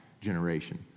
generation